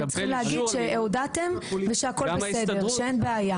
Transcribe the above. אתם צריכים להגיד שהודעתם ושהכל בסדר, שאין בעיה.